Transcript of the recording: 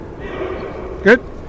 Good